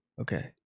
Okay